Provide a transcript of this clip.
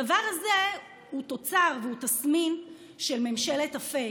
הדבר הזה הוא תוצר והוא תסמין של ממשלת הפייק,